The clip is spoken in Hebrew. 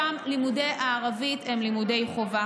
שם לימודי הערבית הם לימודי חובה.